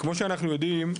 שאנחנו יודעים,